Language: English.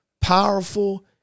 powerful